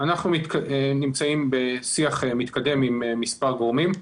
אנחנו נמצאים בשיח מתקדם עם מספר גורמים.